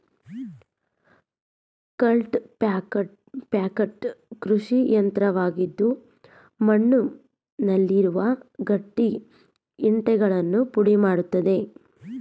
cultipacker ಕೃಷಿಯಂತ್ರವಾಗಿದ್ದು ಮಣ್ಣುನಲ್ಲಿರುವ ಗಟ್ಟಿ ಇಂಟೆಗಳನ್ನು ಪುಡಿ ಮಾಡತ್ತದೆ